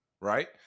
right